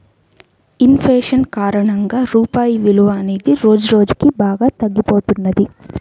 in fashion కారణంగా రూపాయి విలువ అనేది రోజురోజుకీ బాగా తగ్గిపోతున్నది